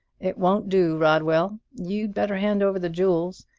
it won't do, rodwell! you'd better hand over the jewels.